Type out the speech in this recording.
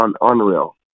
unreal